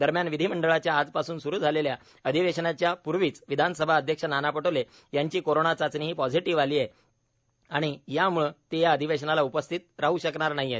दरम्यान विधिमंडळाच्या आजपास्न स्रु झालेल्या अधिवेशनाच्या पूर्वीच विधानसभा अध्यक्ष नाना पटोले यांची कोरोना चाचणी ही पॉझिटिव आली आणि त्याम्ळे ते या अधिवेशनाला उपस्थित राह शकणार नाही आहेत